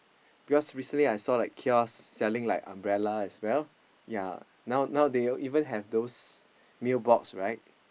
because recently kiosk selling umbrella now even have those meal box